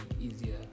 easier